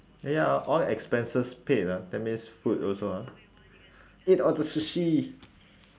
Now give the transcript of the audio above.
ya ah the expenses paid ah that means food also ah eat all the sushi